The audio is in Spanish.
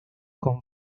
con